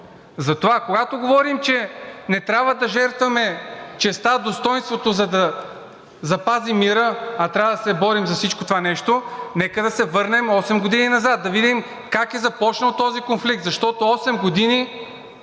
Затова, когато говорим, че не трябва да жертваме честта, достойнството, за да запазим мира, а трябва да се борим за всичкото това нещо, нека да се върнем осем години назад и да видим как е започнал този конфликт, защото осем години